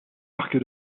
arc